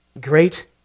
Great